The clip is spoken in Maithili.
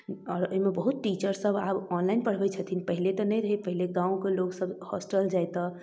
आओर एहिमे बहुत टीचरसभ आब ऑनलाइन पढ़बै छथिन पहिले तऽ नहि रहै पहिले गामके लोकसब हॉस्टल जाइ तऽ